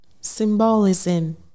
symbolism